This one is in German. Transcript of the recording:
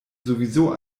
sowieso